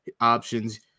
options